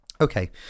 Okay